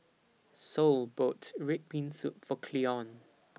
Sol bought Red Bean Soup For Cleon